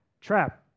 trap